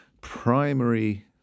primary